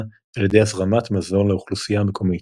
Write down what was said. על ידי הזרמת מזון לאוכלוסייה המקומית,